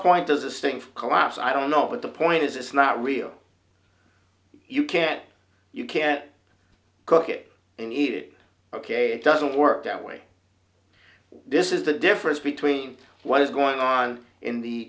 point does a stink collapse i don't know but the point is it's not real you can't you can't cook it in egypt ok it doesn't work that way this is the difference between what is going on in the